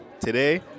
today